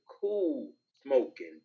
cool-smoking